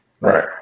Right